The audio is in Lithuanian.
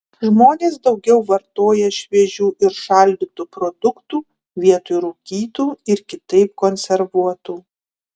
žmonės daugiau vartoja šviežių ir šaldytų produktų vietoj rūkytų ir kitaip konservuotų